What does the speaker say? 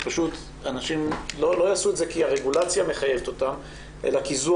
שפשוט אנשים לא יעשו את זה כי הרגולציה מחייבת אותם אלא כי זו